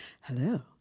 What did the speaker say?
Hello